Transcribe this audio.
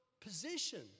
position